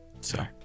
Sorry